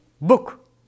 book